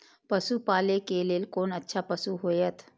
पशु पालै के लेल कोन अच्छा पशु होयत?